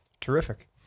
terrific